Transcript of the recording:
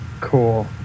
Cool